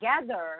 together